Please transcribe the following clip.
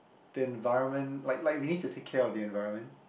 the environment like like we need to take care of the environment